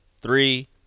three